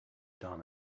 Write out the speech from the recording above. done